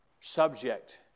subject